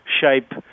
shape